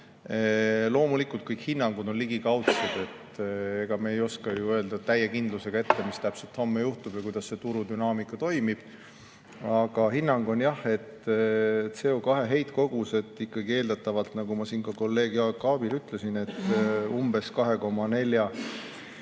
Loomulikult, kõik hinnangud on ligikaudsed. Ega me ei oska ju öelda täie kindlusega ette, mis täpselt homme juhtub ja kuidas see turudünaamika toimib. Aga hinnang on jah, et CO2heitkogused eeldatavalt – nagu ma siin ka kolleeg Jaak Aabile ütlesin – umbes 2,4